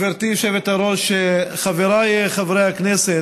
גברתי היושבת-ראש, חבריי חברי הכנסת,